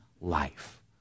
life